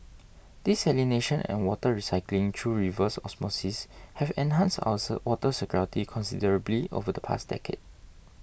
desalination and water recycling through reverse osmosis have enhanced ours water security considerably over the past decade